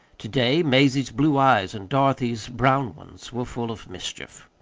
to-day mazie's blue eyes and dorothy's brown ones were full of mischief.